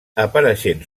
apareixent